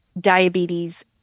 diabetes